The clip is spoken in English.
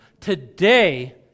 today